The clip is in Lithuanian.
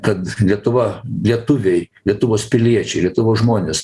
kad lietuva lietuviai lietuvos piliečiai lietuvos žmonės